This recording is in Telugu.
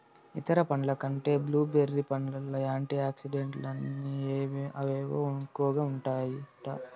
ఇతర పండ్ల కంటే బ్లూ బెర్రీ పండ్లల్ల యాంటీ ఆక్సిడెంట్లని అవేవో ఎక్కువగా ఉంటాయట